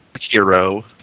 hero